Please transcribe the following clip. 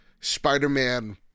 spider-man